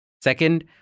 Second